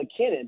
McKinnon